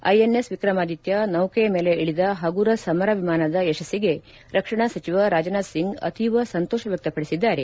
INS Vikramaditya ನೌಕೆಯ ಮೇಲೆ ಇಳಿದ ಹಗುರ ಸಮರ ವಿಮಾನದ ಯಶಸ್ಲಿಗೆ ರಕ್ಷಣಾ ಸಚಿವ ರಾಜನಾಥ್ ಸಿಂಗ್ ಅತೀವ ಸಂತೋಷ ವ್ಯಕ್ತಪಡಿಸಿದ್ದಾರೆ